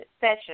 session